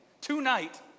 tonight